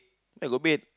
where got bed